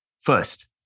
First